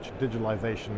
digitalization